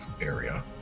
area